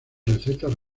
recetas